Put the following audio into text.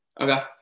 Okay